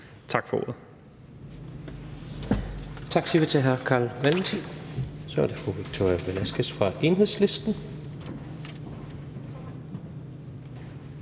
Tak for ordet.